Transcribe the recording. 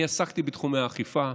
אני עסקתי בתחומי האכיפה.